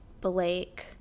blake